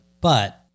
But-